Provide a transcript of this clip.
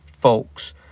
folks